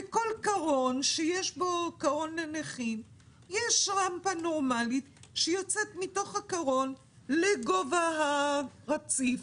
באירופה בכל קרון נכים יש רמפה נורמלית שיוצאת מתוך הקרון לגובה הרציף,